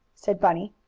said bunny.